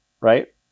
right